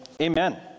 amen